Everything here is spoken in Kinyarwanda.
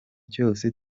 cyose